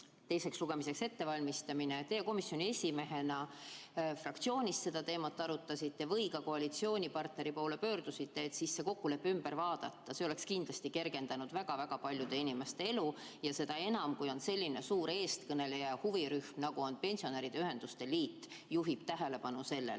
teiseks lugemiseks ettevalmistamine, siis kas teie komisjoni esimehena fraktsioonis seda teemat arutasite või ka koalitsioonipartneri poole pöördusite, et see kokkulepe ümber vaadata? See oleks kindlasti kergendanud väga-väga paljude inimeste elu, seda enam, kui selline suur eestkõneleja huvirühm nagu Eesti Pensionäride Ühenduste Liit juhib sellele